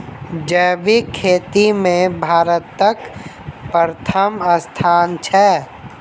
जैबिक खेती मे भारतक परथम स्थान छै